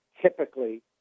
typically